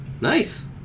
Nice